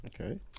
Okay